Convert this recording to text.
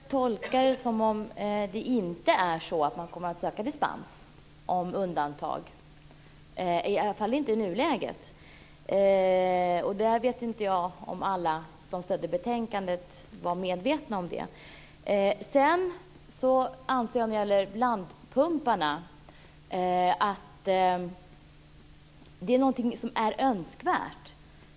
Fru talman! Jag måste tolka det som att man inte kommer att söka dispens om undantag, i alla fall inte i nuläget. Jag vet inte om alla som stödde betänkandet var medvetna om detta. När det gäller blandpumparna anser jag att det är någonting som är önskvärt.